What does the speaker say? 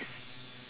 it's